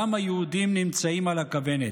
גם היהודים נמצאים על הכוונת.